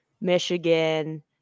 michigan